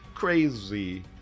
Crazy